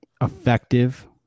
effective